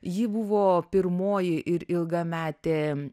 ji buvo pirmoji ir ilgametė